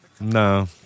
no